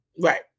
Right